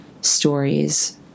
stories